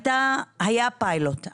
היה פיילוט.